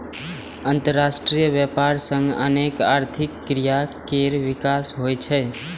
अंतरराष्ट्रीय व्यापार सं अनेक आर्थिक क्रिया केर विकास होइ छै